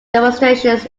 demonstrations